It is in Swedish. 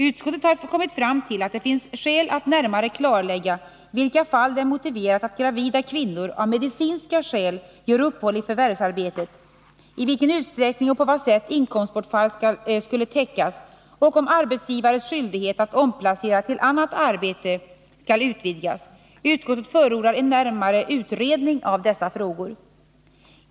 Utskottet har kommit fram till att det finns skäl att närmare klarlägga i vilka fall det är motiverat att gravida kvinnor av medicinska skäl gör uppehåll i förvärvsarbetet, i vilken utsträckning och på vad sätt inkomstbortfall skulle täckas och om arbetsgivares skyldighet att omplacera till annat arbete skall utvidgas. Utskottet förordar en närmare utredning av dessa frågor.